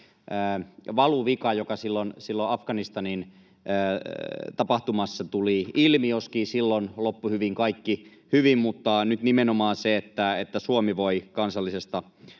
valuvika, joka silloin Afganistanin tapahtumassa tuli ilmi, joskin silloin loppu hyvin, kaikki hyvin. Nyt nimenomaan se, että Suomi voi kansallisesta